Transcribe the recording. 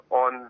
on